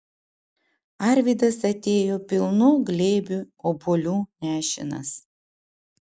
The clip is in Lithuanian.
arvydas atėjo pilnu glėbiu obuolių nešinas